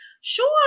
sure